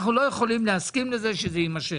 אנחנו לא יכולים להסכים לזה שזה יימשך.